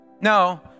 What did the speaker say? No